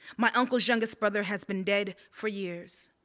my uncle's youngest brother has been dead for years.